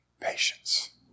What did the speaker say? Patience